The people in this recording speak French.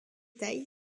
taille